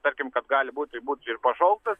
tarkim kad gali būt tai būt ir pašauktas